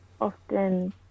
often